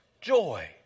joy